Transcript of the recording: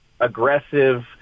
aggressive